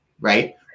right